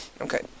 Okay